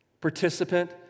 participant